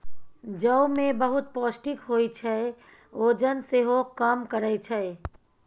जौ मे बहुत पौष्टिक होइ छै, ओजन सेहो कम करय छै